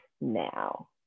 now